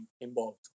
involved